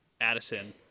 Addison